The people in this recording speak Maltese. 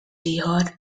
ieħor